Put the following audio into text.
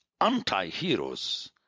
anti-heroes